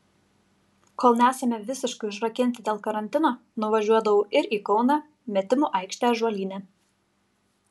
kol nesame visiškai užrakinti dėl karantino nuvažiuodavau ir į kauną metimų aikštę ąžuolyne